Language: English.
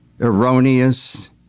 erroneous